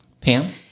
Pam